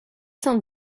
cent